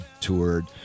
toured